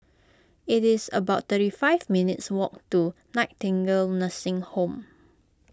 it is about thirty five minutes' walk to Nightingale Nursing Home